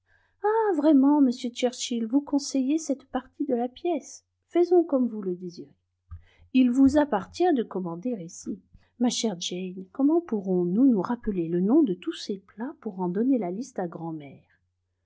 ah vraiment m churchill vous conseillez cette partie de la pièce faisons comme vous le désirez il vous appartient de commander ici ma chère jane comment pourrons-nous nous rappeler le nom de tous ces plats pour en donner la liste à grand'mère